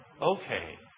okay